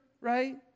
right